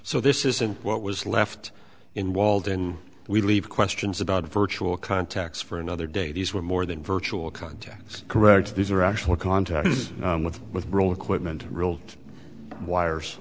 so this isn't what was left in walden we leave questions about virtual contacts for another day these were more than virtual contacts correct these are actual contacts with with roll equipment and real wires